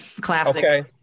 classic